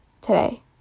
today